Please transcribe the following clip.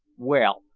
well,